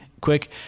quick